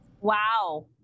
Wow